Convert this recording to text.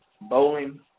Bowling